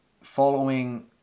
following